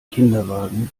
kinderwagen